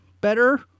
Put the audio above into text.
better